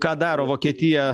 ką daro vokietija